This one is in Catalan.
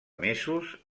mesos